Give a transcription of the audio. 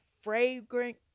fragrant